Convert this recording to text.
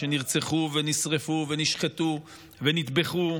שנרצחו ונשרפו ונשחטו ונטבחו,